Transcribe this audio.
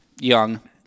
Young